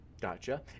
Gotcha